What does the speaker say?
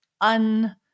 un-